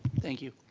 thank you.